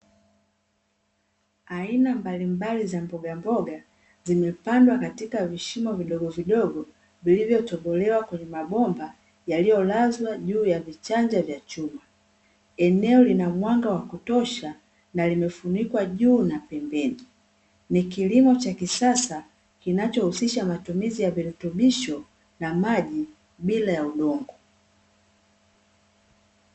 Aina mbalimbali za mbogamboga, zimepandwa katika vishimo vidogo vidogo vilivyo tobolewa kwenye mabomba yaliyo lazwa juu ya vichanja vya chuma, eneo lina mwanga wa kutosha na limefunikwa juu na pembeni. Ni kilimo cha kisasa kichohusisha matumizi ya virutubisho na maji bila ya udongo.